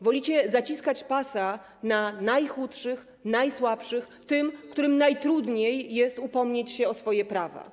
Wolicie zaciskać pasa na najchudszych, najsłabszych, tym, którym najtrudniej jest upomnieć się o swoje prawa.